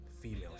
female